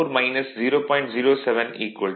44 0